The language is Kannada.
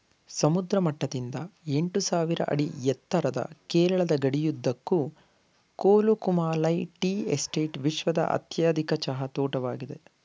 ಸಮುದ್ರ ಮಟ್ಟದಿಂದ ಎಂಟುಸಾವಿರ ಅಡಿ ಎತ್ತರದ ಕೇರಳದ ಗಡಿಯುದ್ದಕ್ಕೂ ಕೊಲುಕುಮಾಲೈ ಟೀ ಎಸ್ಟೇಟ್ ವಿಶ್ವದ ಅತ್ಯಧಿಕ ಚಹಾ ತೋಟವಾಗಿದೆ